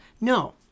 no